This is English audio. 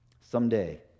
Someday